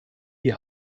die